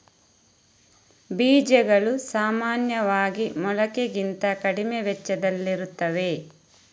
ಬೀಜಗಳು ಸಾಮಾನ್ಯವಾಗಿ ಮೊಳಕೆಗಿಂತ ಕಡಿಮೆ ವೆಚ್ಚದಲ್ಲಿರುತ್ತವೆ